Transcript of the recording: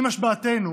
עם השבעתנו